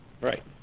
right